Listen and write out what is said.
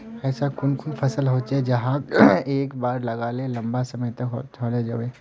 ऐसा कुन कुन फसल होचे जहाक एक बार लगाले लंबा समय तक चलो होबे?